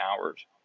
hours